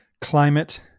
climate